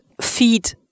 feed